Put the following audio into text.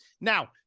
Now